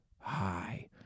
high